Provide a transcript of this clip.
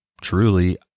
truly